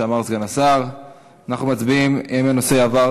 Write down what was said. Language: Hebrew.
אנחנו ממשיכים באותו כיוון,